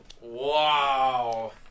wow